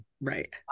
Right